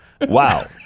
Wow